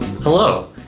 Hello